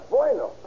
Bueno